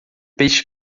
peixe